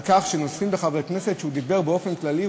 בכך שנוזפים בחבר כנסת שדיבר באופן כללי,